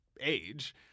age